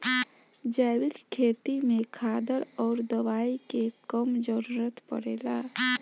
जैविक खेती में खादर अउरी दवाई के कम जरूरत पड़ेला